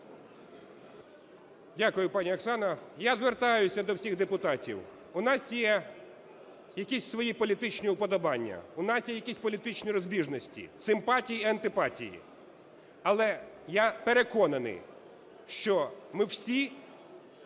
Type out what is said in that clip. Дякую, пані Оксана. Я звертаюся до всіх депутатів, у нас є якісь свої політичні вподобання, у нас є якісь політичні розбіжності, симпатії і антипатії, але я переконаний, що ми всі